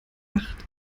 acht